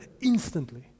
instantly